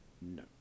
no